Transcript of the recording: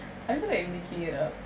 are you like making it up